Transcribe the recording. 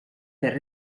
per